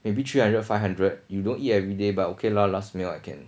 maybe three hundred five hundred you don't eat everyday but okay lah last meal I can